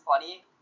funny